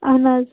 اَہَن حظ